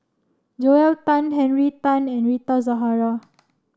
Joel Tan Henry Tan and Rita Zahara